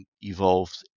evolved